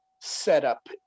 setup